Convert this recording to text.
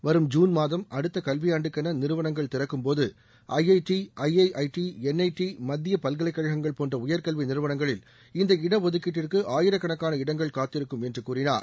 வரும் ஜூன் மாதம் அடுத்தக் கல்வியாண்டுக்கென நிறுவனங்கள் திறக்கும்போது ஜஜட் ஜஜஜடி என்ஐடி மத்திய பல்கலைக்கழகங்கள் போன்ற உயர்க்கல்வி நிறுவனங்களில் இந்த இடஒதுக்கீட்டிற்கு ஆயிரக்கணக்காள இடங்கள் காத்திருக்கும் என்று கூறினார்